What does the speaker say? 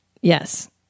yes